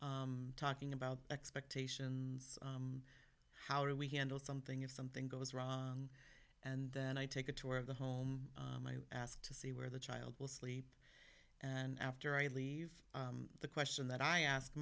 talking about expectations how do we handle something if something goes wrong and then i take a tour of the home and i ask to see where the child will sleep and after i leave the question that i ask